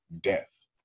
death